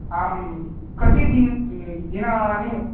आं कति दिनानि दिनानि